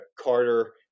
Carter